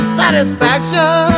satisfaction